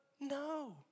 No